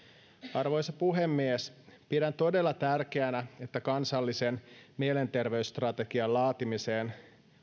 arvoisa puhemies pidän todella tärkeänä että kansallisen mielenterveysstrategian laatimiseen